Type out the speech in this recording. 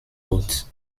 tot